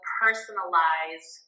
personalize